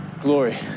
glory